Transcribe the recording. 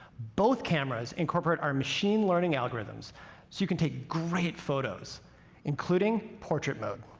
both cameras incorporate our machine learning algorithms so you can take great photos including portrait mode.